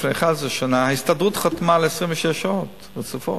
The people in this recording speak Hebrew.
לפני 11 שנה ההסתדרות חתמה שמתמחים יעבדו 26 שעות רצופות.